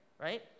right